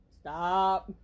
Stop